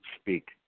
speak